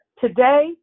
Today